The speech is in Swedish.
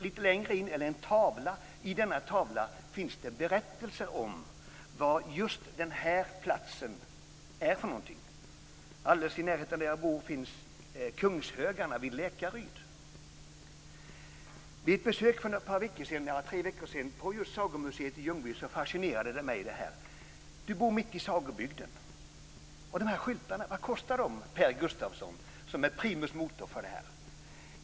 Sedan finns det tavlor där det finns berättelser om olika platser. Alldeles i närheten av där jag bor finns Kungshögarna vid Lekaryd. Vid ett besök för tre veckor sedan på Sagomuseet i Ljungby blev jag fascinerad av följande. Här bor man mitt i Sagobygd, och jag frågade primus motor Per Gustavsson vad dessa skyltar kostar.